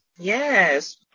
Yes